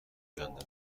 کندم